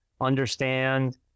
understand